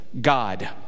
God